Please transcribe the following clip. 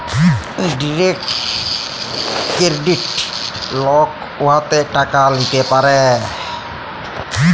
direct credit লক উয়াতে টাকা ল্যিতে পারে